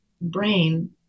brain